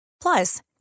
Plus